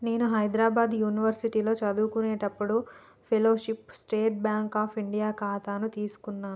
నేను హైద్రాబాద్ యునివర్సిటీలో చదువుకునేప్పుడు ఫెలోషిప్ కోసం స్టేట్ బాంక్ అఫ్ ఇండియా ఖాతాను తీసుకున్నాను